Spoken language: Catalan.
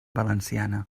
valenciana